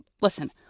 listen